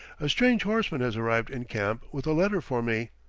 a strange horseman has arrived in camp with a letter for me.